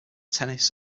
tennis